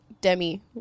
Demi